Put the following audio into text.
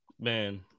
Man